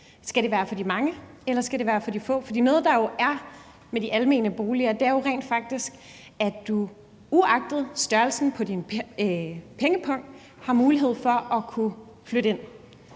Skal det være for de mange, eller skal det være for de få? For noget af det, der jo er med de almene boliger, er, at man uagtet størrelsen på ens pengepung har mulighed for at kunne flytte ind.